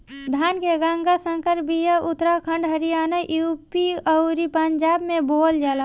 धान के गंगा संकर बिया उत्तराखंड हरियाणा, यू.पी अउरी पंजाब में बोअल जाला